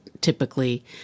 typically